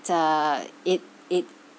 uh it it